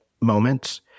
moments